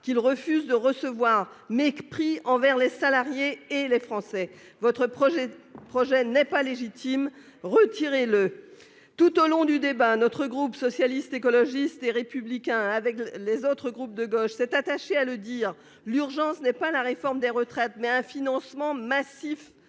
qu'il refuse de recevoir. Mépris envers les salariés et les Français. Votre projet n'est pas légitime, retirez-le ! Tout au long du débat, le groupe Socialiste, Écologiste et Républicain, avec les autres groupes de gauche, s'est attaché à le dire : l'urgence, ce n'est pas la réforme des retraites, mais un financement massif